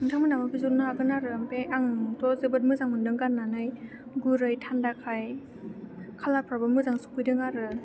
नोंथांमोनहा बिहरनो हागोन आरो बे आंथ' जोबोद मोजां मोनदों गाननानै गुरै थान्दाखाय कालारफ्राबो मोजां सफैदों आरो